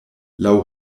laŭ